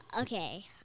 okay